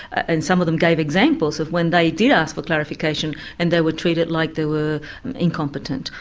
and some of them gave examples of when they did ask for clarification and they were treated like they were incompetent,